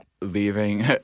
leaving